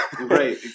Right